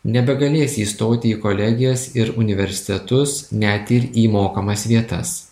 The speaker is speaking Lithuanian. nebegalės įstoti į kolegijas ir universitetus net ir į mokamas vietas